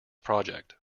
project